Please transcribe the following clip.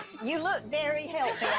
you look very healthy,